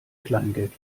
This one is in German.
kleingeld